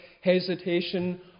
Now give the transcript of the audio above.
hesitation